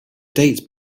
date